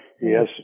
Yes